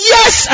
Yes